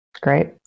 Great